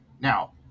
Now